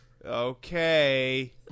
Okay